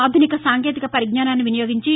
ఆధునిక సాంకేతిక వరిజ్ఞానాన్ని వినియోగించి